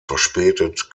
verspätet